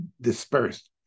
dispersed